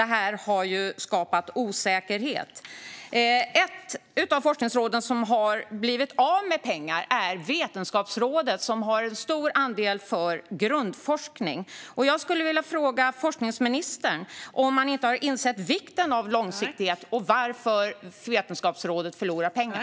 Detta har skapat osäkerhet. Ett av de forskningsråd som har blivit av med pengar är Vetenskapsrådet, som har en stor andel för grundforskning. Jag skulle vilja fråga forskningsministern om man inte har insett vikten av långsiktighet och varför Vetenskapsrådet förlorar pengar.